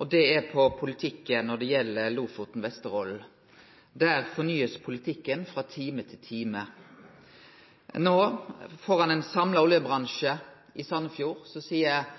og det er politikken når det gjeld Lofoten/Vesterålen. Der blir politikken fornya frå time til time. No, føre ein samla oljebransje i Sandefjord, seier